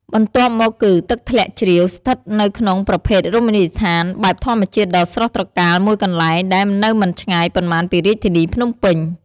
បន្ទាប់មកគឺ ទឹកធ្លាក់ជ្រាវស្ថិតនៅក្នុងប្រភេទរមណីយដ្ឋាន បែបធម្មជាតិដ៏ស្រស់ត្រកាលមួយកន្លែងដែលនៅមិនឆ្ងាយប៉ុន្មានពីរាជធានីភ្នំពេញ។